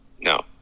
No